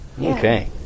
Okay